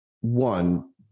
one